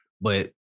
but-